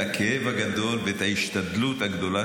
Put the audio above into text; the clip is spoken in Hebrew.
ראיתי את הכאב הגדול ואת ההשתדלות הגדולה